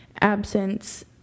absence